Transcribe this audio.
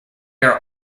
are